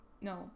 no